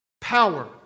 Power